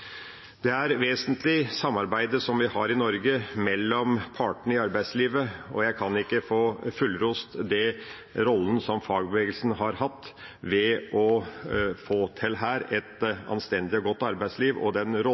Det samarbeidet som vi har i Norge mellom partene i arbeidslivet, er vesentlig. Jeg kan ikke få fullrost den rollen som fagbevegelsen her har hatt ved å få til et anstendig og godt arbeidsliv, og